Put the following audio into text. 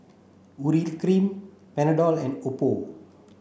Urea cream Panadol and Oppo